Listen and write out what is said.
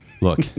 Look